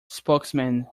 spokesman